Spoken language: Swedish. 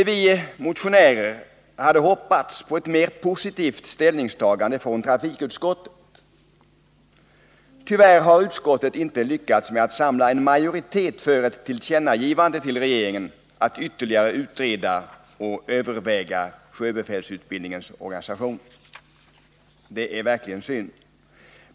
Vi motionärer hade hoppats på ett mer positivt ställningstagande från trafikutskottet. Tyvärr har utskottet inte lyckats samla en-majoritet för ett tillkännagivande till regeringen om att ytterligare utreda och överväga sjöbefälsutbildningens organisation. Det är verkligen synd.